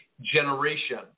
generation